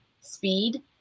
speed